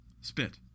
Spit